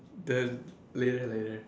the later later